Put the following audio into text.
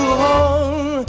home